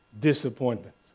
disappointments